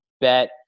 bet